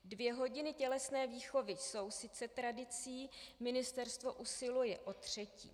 Dvě hodiny tělesné výchovy jsou sice tradicí, ministerstvo usiluje o třetí.